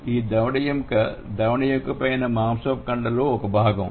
ఈ దవడ ఎముక దవడ ఎముక పైన ఉన్న మాంసపుకండ లో ఒక భాగం